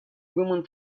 woman